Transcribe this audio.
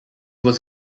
was